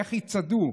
איך יצעדו?